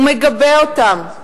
ומגבה אותם,